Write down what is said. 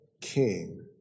King